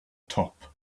top